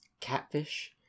Catfish